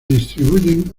distribuyen